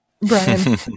Brian